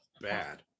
bad